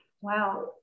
wow